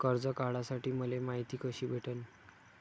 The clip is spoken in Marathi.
कर्ज काढासाठी मले मायती कशी भेटन?